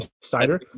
Cider